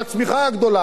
אבל שר האוצר,